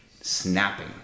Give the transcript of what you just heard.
Snapping